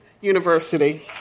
University